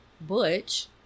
Butch